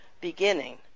beginning